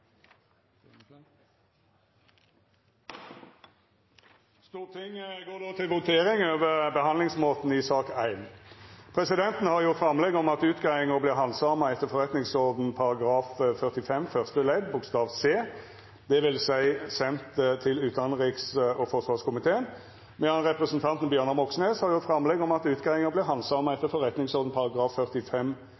går då til votering over handsamingsmåten i sak nr. 1. Presidenten har gjort framlegg om at utgreiinga vert handsama etter forretningsordenen § 45 første ledd bokstav c, dvs. send til utanriks- og forsvarskomiteen. Representanten Bjørnar Moxnes har gjort framlegg om at utgreiinga vert handsama